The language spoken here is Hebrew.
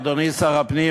אדוני שר הפנים,